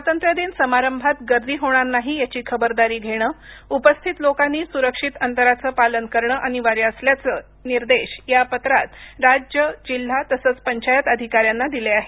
स्वातंत्र्य दिन समारंभात गर्दी होणार नाही याची खबरदारी घेणं उपस्थित लोकांनी सुरक्षित अंतराचं पालन करणं अनिवार्य असल्याचे निर्देश या पत्रात राज्य जिल्हा तसंच पंचायत अधिकाऱ्यांना दिले आहेत